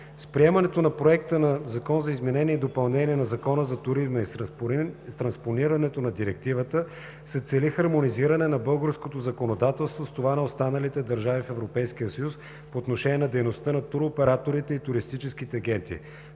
С приемането на Проекта на ЗИД на Закона за туризма и с транспонирането на Директивата се цели хармонизиране на българското законодателство с това на останалите държави в Европейския съюз по отношение на дейността на туроператорите и туристическите агенти.